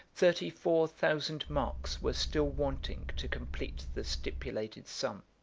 thirty-four thousand marks were still wanting to complete the stipulated sum.